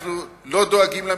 אנחנו לא דואגים למפעל,